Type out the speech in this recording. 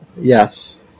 yes